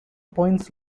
points